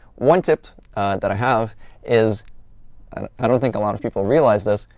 one tip that i have is i don't think a lot of people realize this.